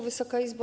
Wysoka Izbo!